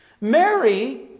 Mary